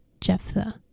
Jephthah